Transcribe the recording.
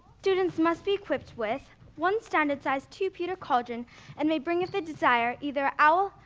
students must be equipped with one standard size two pewter cauldron and may bring if they desire either owl,